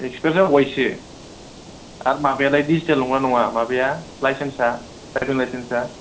expire जाबावबायसो आरो माबायालाय दिजिटेल नंगौना नङा माबाया लाइसेन्सा द्राइभिं लाइसेन्सा